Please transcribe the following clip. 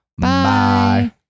Bye